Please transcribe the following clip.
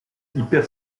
hyper